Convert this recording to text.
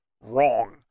Wrong